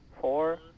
four